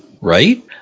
right